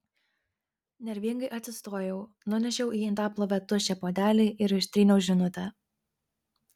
nervingai atsistojau nunešiau į indaplovę tuščią puodelį ir ištryniau žinutę